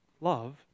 Love